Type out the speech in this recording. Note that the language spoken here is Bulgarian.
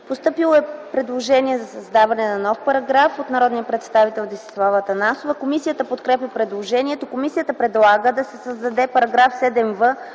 Постъпило е предложение за създаване на нов параграф от народния представител Десислава Атанасова. Комисията подкрепя предложението. Комисията предлага да се създаде § 7б,